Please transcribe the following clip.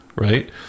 Right